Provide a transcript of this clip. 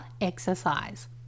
exercise